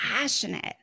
passionate